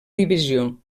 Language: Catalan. divisió